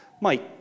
Mike